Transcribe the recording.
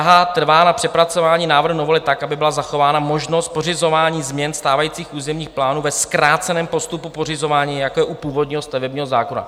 Praha trvá na přepracování návrhu novely tak, aby byla zachována možnost pořizování změn stávajících územních plánů ve zkráceném postupu pořizování, jako je u původního stavebního zákona.